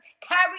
carry